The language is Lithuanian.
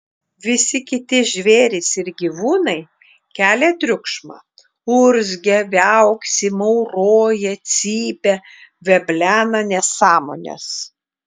visi kiti žvėrys ir gyvūnai kelia triukšmą urzgia viauksi mauroja cypia veblena nesąmones